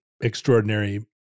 extraordinary